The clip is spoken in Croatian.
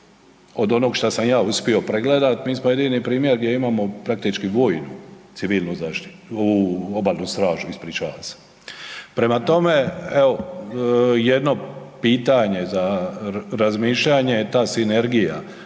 od onog šta sam ja uspio pregledat, mi smo jedini primjer gdje imamo praktički vojnu civilnu zaštitu, obalnu stražu, ispričavam se. Prema tome, evo jedno pitanje za razmišljanje, ta sinergija,